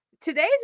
today's